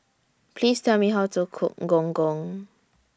Please Tell Me How to Cook Gong Gong